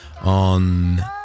on